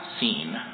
seen